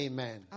Amen